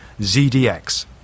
ZDX